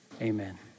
amen